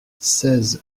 seize